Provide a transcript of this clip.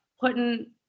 putting